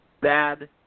bad